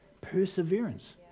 Perseverance